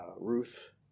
Ruth